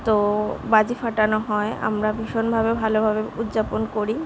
তো বাজি ফাটানো হয় আমরা ভীষণভাবে ভালোভাবে উদ্যাপন করি